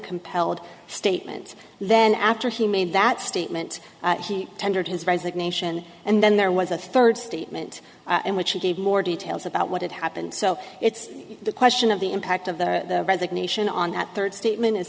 compelled statement then after he made that statement he tendered his resignation and then there was a third statement in which he gave more details about what had happened so it's the question of the impact of the resignation on that third statement i